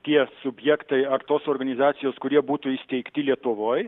tie subjektai ar tos organizacijos kurie būtų įsteigti lietuvoj